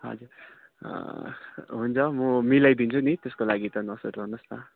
हजुर हुन्छ म मिलाइदिन्छु नि त्यसको लागि त नसुर्ताउनु होस् न